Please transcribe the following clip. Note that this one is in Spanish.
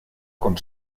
con